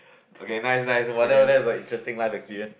okay nice nice !wow! that was that was a interesting life experience